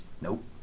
Nope